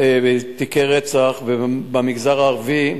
תיקי רצח במגזר הערבי,